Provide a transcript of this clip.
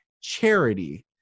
charity